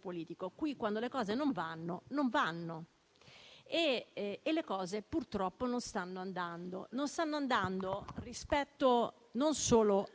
politico. Quando le cose non vanno non vanno e le cose purtroppo non stanno andando e non solo rispetto